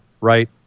right